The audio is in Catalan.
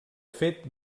fet